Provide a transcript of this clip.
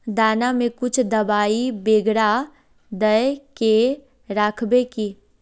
दाना में कुछ दबाई बेगरा दय के राखबे की?